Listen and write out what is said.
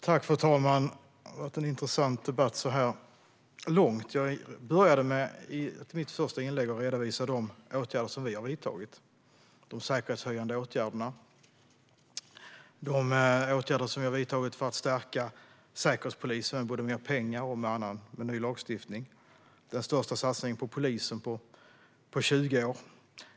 Fru talman! Det har varit en intressant debatt så här långt. I mitt första inlägg började jag med att redovisa de åtgärder som vi har vidtagit - de säkerhetshöjande åtgärderna, åtgärder för att stärka Säkerhetspolisen med både mer pengar och med ny lagstiftning, den största satsningen på polisen på 20 år.